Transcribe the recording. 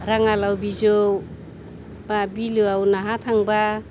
राङालाव बिजौ बा बिलोआव नाहा थांबा